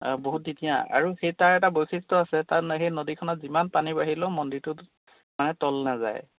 বহুত ধুনীয়া আৰু সেই তাৰ এটা বৈশিষ্ট্য আছে তাত সেই নদীখনত যিমান পানী বাঢ়িলেও মন্দিৰটোত মানে তল নাযায়